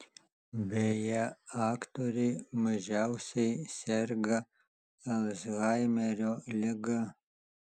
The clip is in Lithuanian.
beje aktoriai mažiausiai serga alzhaimerio liga